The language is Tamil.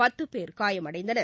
பத்து பேர் காயமடைந்தனர்